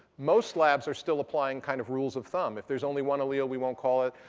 most labs are still applying kind of rules of thumb. if there's only one we we won't call it.